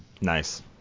Nice